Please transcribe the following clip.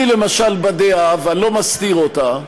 אני למשל בדעה, ואני לא מסתיר אותה,